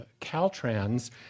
Caltrans